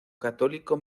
católico